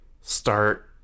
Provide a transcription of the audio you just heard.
start